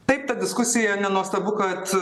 taip ta diskusija nenuostabu kad